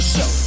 Show